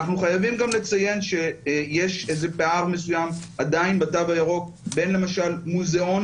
אנחנו חייבים לציין שיש פער מסוים עדיין בתו הירוק בין מוזיאונים,